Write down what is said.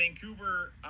Vancouver